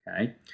okay